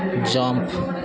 jump